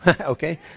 okay